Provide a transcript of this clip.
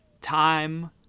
time